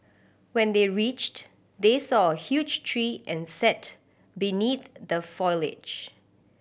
when they reached they saw a huge tree and sat beneath the foliage